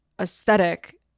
aesthetic